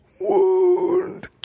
Wound